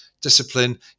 discipline